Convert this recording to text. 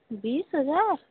बीस हज़ार